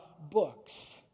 books